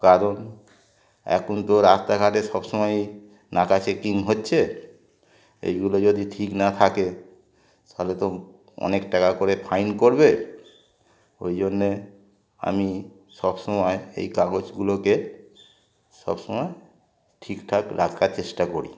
কারণ এখন তো রাস্তাঘাটে সব সমময়ই নাকা চেকিং হচ্ছে এইগুলো যদি ঠিক না থাকে তাহলে তো অনেক টাকা করে ফাইন করবে ওই জন্যে আমি সব সমময় এই কাগজগুলোকে সব সমময় ঠিক ঠাক রাখার চেষ্টা করি